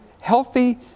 healthy